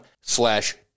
slash